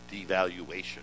devaluation